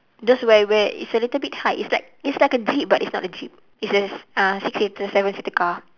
those where where it's a little bit high it's like it's like a jeep but it's not a jeep it's a uh six seater seven seater car